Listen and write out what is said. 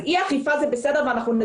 אי אכיפה זה בסדר ויש